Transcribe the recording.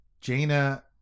Jaina